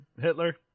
Hitler